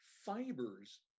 fibers